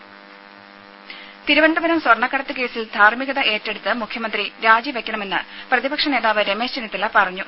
രുമ തിരുവനന്തപുരം സ്വർണ്ണക്കടത്ത് കേസിൽ ധാർമ്മികത ഏറ്റെടുത്ത് മുഖ്യമന്ത്രി രാജി വെയ്ക്കണമെന്ന് പ്രതിപക്ഷ നേതാവ് രമേശ് ചെന്നിത്തല പറഞ്ഞു